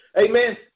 Amen